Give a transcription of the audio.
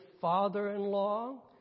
father-in-law